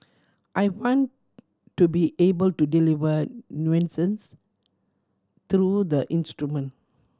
I want to be able to deliver nuances through the instrument